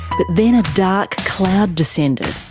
but then a dark cloud descended.